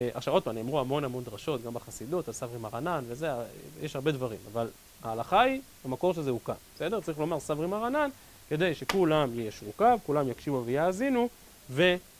עכשיו עוד פעם, נאמרו המון המון דרשות גם בחסידות על סברי מרנן וזה, יש הרבה דברים, אבל ההלכה היא, המקור של זה הוא כאן, בסדר? צריך לומר סברי מרנן, כדי שכולם יישרו קו, כולם יקשיבו ויאזינו, ו...